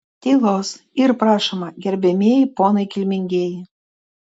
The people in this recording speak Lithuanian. tylos yr prašoma gerbiamieji ponai kilmingieji